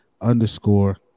underscore